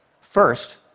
First